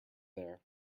there